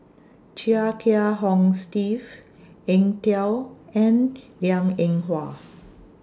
Chia Kiah Hong Steve Eng Tow and Liang Eng Hwa